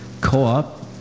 Co-op